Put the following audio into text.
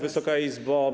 Wysoka Izbo!